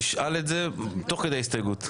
תשאל את זה תוך כדי ההסתייגות.